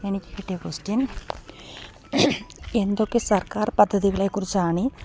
എനിക്ക് കിട്ടിയ ക്വസ്റ്റ്യൻ എന്തൊക്കെ സർക്കാർ പദ്ധതികളെക്കുറിച്ചാണ്